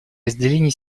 разделение